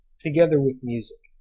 together with music.